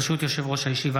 ברשות יושב-ראש הישיבה,